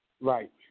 Right